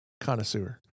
connoisseur